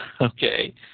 Okay